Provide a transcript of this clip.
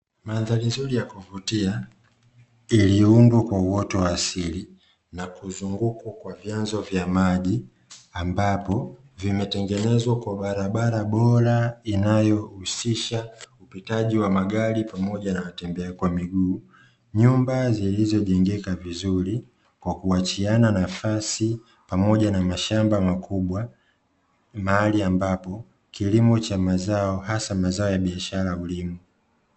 Mandhari nzuri ya kuvutia iliyo undwa kwa uoto wa asili na kuzungukwa kwa vyanzo vya maji, ambapo vimetengenezwa kwa barabara bora inayohusisha upitaji wa magari pamoja na watembea kwa miguu, nyumba zilizojengeka vizuri kwa kuachiana nafasi, pamoja na mashamba makubwa mahali ambapo kilimo cha mazao hasa mazao ya biashara hulimwa.